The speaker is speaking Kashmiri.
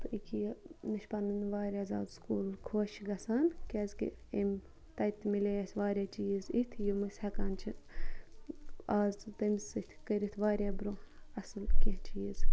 تہٕ اکیاہ یہِ مےٚ چھُ پَنُن واریاہ زیادٕ سکوٗل خۄش گَژھان کیازِ کہِ اٮ۪م تَتہِ مِلے اَسہِ واریاہ چیٖز اِتھ یِم أسۍ ہیٚکان چھِ آزٕ تمہِ سۭتۍ کٔرِتھ واریاہ برونٛہہ اَصل کینٛہہ چیٖز